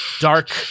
dark